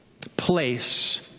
place